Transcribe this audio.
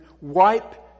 wipe